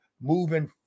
moving